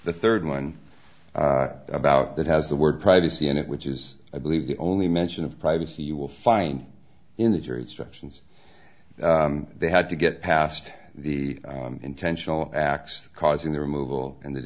the third one about that has the word privacy in it which is i believe the only mention of privacy you will find in the jury instructions they had to get past the intentional acts causing the removal and the